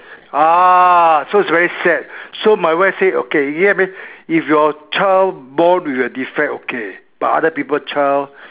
ah so it's very sad so my wife say okay you if your child born with a defect okay but other people child